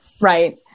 Right